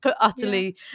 utterly